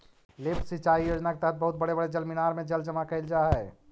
lift सिंचाई योजना के तहत बहुत बड़े बड़े जलमीनार में जल जमा कैल जा हई